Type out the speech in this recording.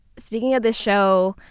speaking of the show,